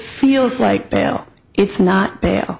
feels like bail it's not bad